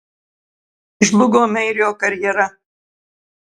žlugo meirio karjera